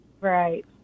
Right